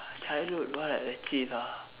childhood what I achieved ah